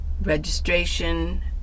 registration